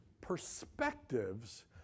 perspectives